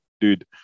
dude